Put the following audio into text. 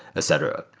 etc.